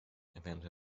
erwähnte